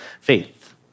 faith